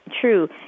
true